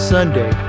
Sunday